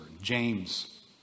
James